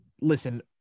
Listen